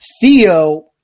Theo